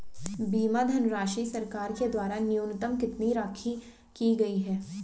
बीमा धनराशि सरकार के द्वारा न्यूनतम कितनी रखी गई है?